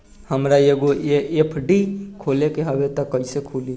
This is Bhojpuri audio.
हमरा एगो एफ.डी खोले के हवे त कैसे खुली?